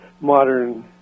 modern